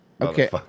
Okay